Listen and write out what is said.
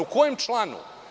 U kojem članu?